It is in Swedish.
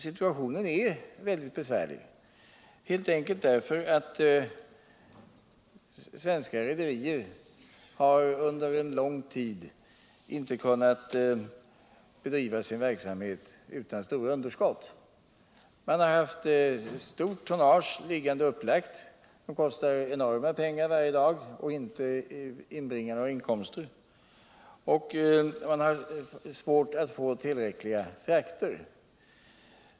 Situationen är emellertid ytterst besvärlig, helt enkelt därför att svenska rederier under läng tid inte har kunnat bedriva sin verksamhet utan stora underskott. Rederierna har haft stort tonnage liggande upplagt, som kostar enorma pengar varje dag och inte inbringar några inkomster, och de har svårigheter att få tillräckligt med fråkter.